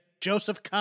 Joseph